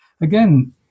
again